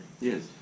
Yes